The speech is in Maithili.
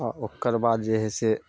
आओर ओकर बाद जे हइ से